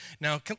Now